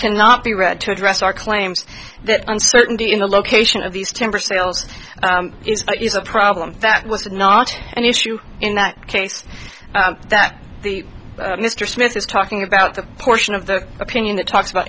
cannot be read to address our claims that uncertainty in the location of these temper sales is a problem that was not an issue in that case that the mr smith is talking about the portion of the opinion that talks about